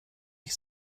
ich